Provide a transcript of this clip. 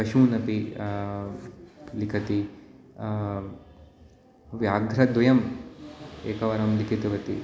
पशूनपि लिखति व्याघ्रद्वयं एकवारं लिखितवती